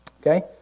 okay